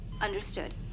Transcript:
Understood